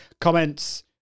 comments